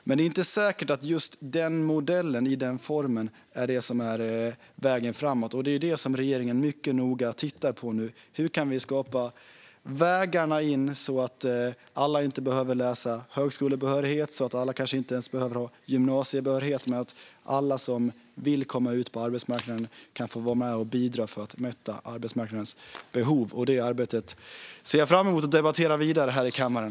Men det är inte säkert att just den modellen i den formen är det som är vägen framåt. Det är detta som regeringen mycket noga tittar på nu - hur kan vi skapa vägar in? Alla behöver inte läsa in högskolebehörighet. Alla kanske inte ens behöver ha gymnasiebehörighet. Men alla som vill komma ut på arbetsmarknaden ska få vara med och bidra för att mätta arbetsmarknadens behov. Det arbetet ser jag fram emot att debattera vidare här i kammaren.